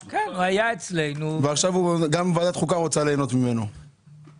עכשיו רוצה ליהנות ממנו גם מוועדת חוקה.